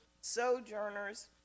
Sojourners